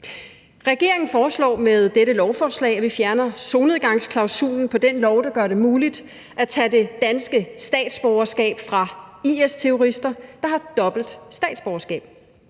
Regeringen foreslår med dette lovforslag, at vi fjerner solnedgangsklausulen på den lov, der gør det muligt at tage det danske statsborgerskab fra IS-terrorister, der har dobbelt statsborgerskab,